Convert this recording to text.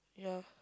ya